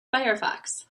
firefox